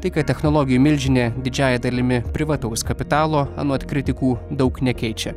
tai kad technologijų milžinė didžiąja dalimi privataus kapitalo anot kritikų daug nekeičia